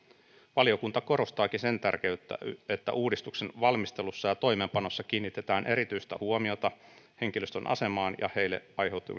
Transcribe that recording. valiokunta korostaakin sen tärkeyttä että uudistuksen valmistelussa ja toimeenpanossa kiinnitetään erityistä huomiota henkilöstön asemaan ja heille